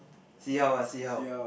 see how ah see how